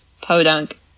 podunk